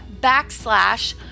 backslash